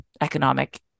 economic